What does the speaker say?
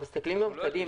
אנחנו מסתכלים גם קדימה.